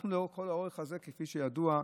כפי שידוע,